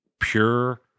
pure